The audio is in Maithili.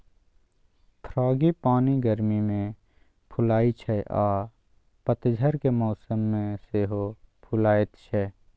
फ्रांगीपानी गर्मी मे फुलाइ छै आ पतझरक मौसम मे सेहो फुलाएत छै